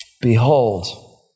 Behold